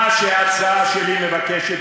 מה שההצעה שלי מבקשת,